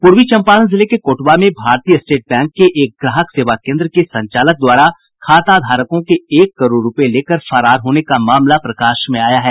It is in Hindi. पूर्वी चंपारण जिले के कोटवा में भारतीय स्टेट बैंक के एक ग्राहक सेवा केन्द्र के संचालक द्वारा खाताधारकों के एक करोड़ रूपये लेकर फरार होने का मामला प्रकाश में आया है